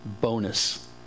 bonus